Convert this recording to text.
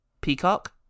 Peacock